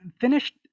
finished